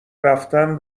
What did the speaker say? رفتن